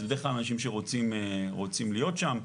בדרך כלל אלה אנשים שרוצים להיות שם,